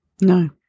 No